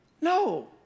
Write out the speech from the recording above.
No